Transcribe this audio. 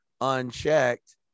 unchecked